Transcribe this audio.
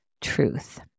truth